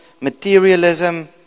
materialism